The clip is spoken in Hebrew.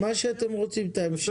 מה שאתם רוצים כהמשך.